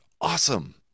awesome